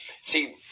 See